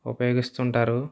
ఉపయోగిస్తుంటారు